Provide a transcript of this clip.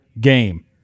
game